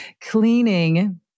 Cleaning